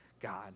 God